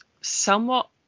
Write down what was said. somewhat